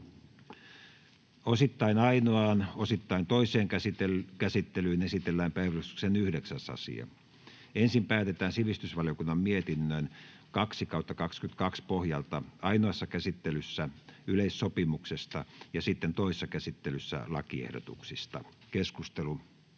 Osittain ainoaan, osittain toiseen käsittelyyn esitellään päiväjärjestyksen 9. asia. Ensin päätetään sivistysvaliokunnan mietinnön SiVM 2/2022 vp pohjalta ainoassa käsittelyssä yleissopimuksesta ja sitten toisessa käsittelyssä lakiehdotuksista.